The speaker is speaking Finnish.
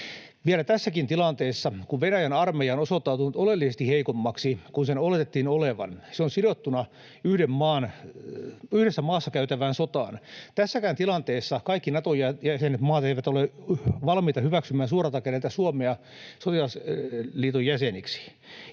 Vielä tässäkään tilanteessa, kun Venäjän armeija on osoittautunut oleellisesti heikommaksi kuin sen oletettiin olevan ja se on sidottuna yhdessä maassa käytävään sotaan, kaikki Nato-jäsenmaat eivät ole valmiita hyväksymään suoralta kädeltä Suomea sotilasliiton jäseniksi.